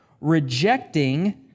rejecting